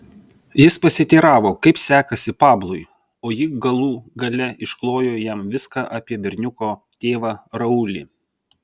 jis pasiteiravo kaip sekasi pablui o ji galų gale išklojo jam viską apie berniuko tėvą raulį